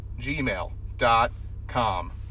gmail.com